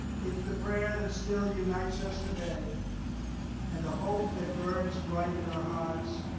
it's the prayer that still unites us today and the hope that burns bright in our hearts,